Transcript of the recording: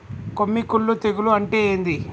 కొమ్మి కుల్లు తెగులు అంటే ఏంది?